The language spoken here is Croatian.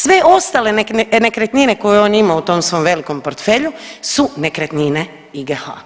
Sve ostale nekretnine koje on ima u tom svom velikom portfelju su nekretnine IGH.